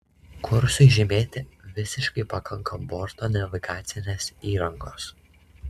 kursui žymėti visiškai pakanka borto navigacinės įrangos